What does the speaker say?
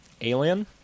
Alien